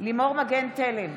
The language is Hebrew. מגן תלם,